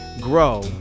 Grow